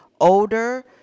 older